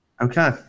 okay